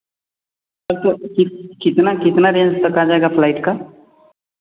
तो कितना कितना रेंज तक आ जाएगा फ्लाइट का